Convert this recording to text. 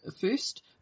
first